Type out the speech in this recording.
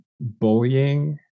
bullying